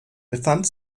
befand